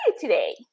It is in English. today